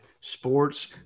Sports